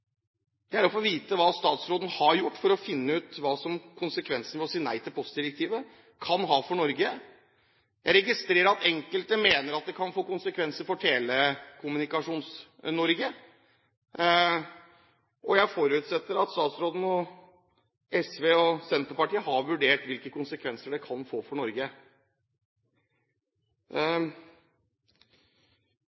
er å få vite hva statsråden har gjort for å finne ut hva konsekvensene av å si nei til postdirektivet kan være for Norge. Jeg registrerer at enkelte mener at det kan få konsekvenser for Telekommunikasjons-Norge, og jeg forutsetter at statsråden og SV og Senterpartiet har vurdert hvilke konsekvenser det kan få for Norge.